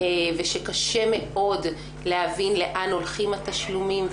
ושקשה מאוד להבין לאן הולכים התשלומים,